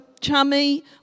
chummy